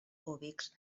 cúbics